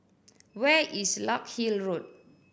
where is Larkhill Road